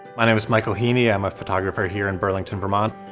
my name is michael heeney i'm a photographer here in burlington vermont.